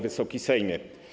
Wysoki Sejmie!